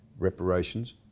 reparations